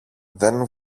δεν